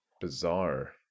Bizarre